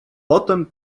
potem